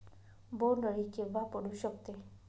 बोंड अळी केव्हा पडू शकते?